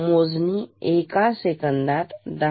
मोजणी 1 सेकंदात 10